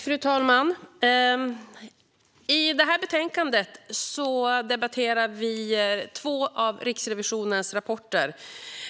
Fru talman! I betänkandet som vi nu debatterar behandlas två av Riksrevisionens rapporter om